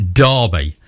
derby